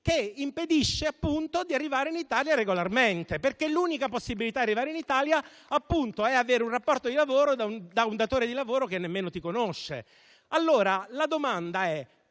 che impedisce appunto di arrivare in Italia regolarmente, perché l'unica possibilità di arrivare in Italia è avere un rapporto di lavoro da un datore di lavoro che nemmeno ti conosce. Perché, se